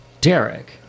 Derek